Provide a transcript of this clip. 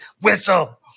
whistle